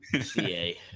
ca